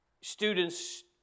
Students